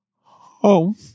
home